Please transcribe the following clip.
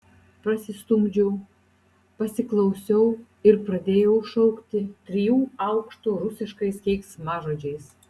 prasistumdžiau pasiklausiau ir pradėjau šaukti trijų aukštų rusiškais keiksmažodžiais